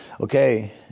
okay